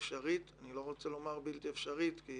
אני לא רוצה לומר בלתי אפשרית כי